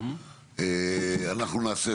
אנחנו נעשה,